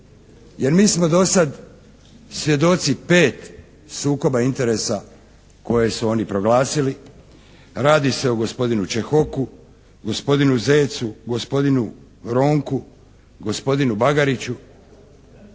Jer mi smo do sad svjedoci 5 sukoba interesa koje su oni proglasili. Radi se o gospodinu Čehoku, gospodinu Zecu, gospodinu Ronku, gospodinu Bagariću